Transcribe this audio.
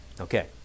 Okay